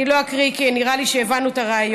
אני לא אקריא כי נראה לי שהבנו את הרעיון,